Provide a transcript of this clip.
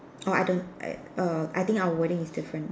oh I don't I err I think our wording is different